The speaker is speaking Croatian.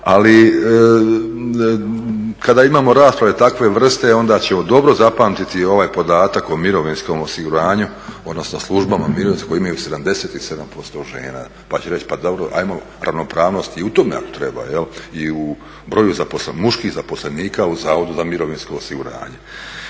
ali kada imamo rasprave takve vrste onda ćemo dobro zapamtiti ovaj podatak o mirovinskom osiguranju, odnosno službama mirovinskog koje imaju 77% žena pa ću reći, pa dobro hajmo ravnopravnost i u tome ako treba i u broju muških zaposlenika u Zavodu za mirovinsko osiguranje.